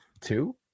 Two